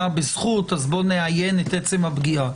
בזכות אז בוא נאיין את עצם הפגיעה.